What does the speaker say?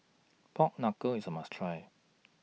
Pork Knuckle IS A must Try